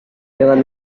dengan